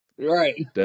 Right